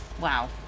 Wow